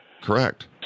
Correct